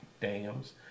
dams